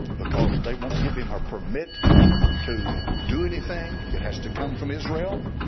because they won't give him a permit to do anything. it has to come from israel